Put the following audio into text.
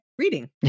Reading